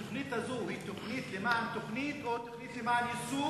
התוכנית הזאת היא תוכנית למען תוכנית או תוכנית למען יישום?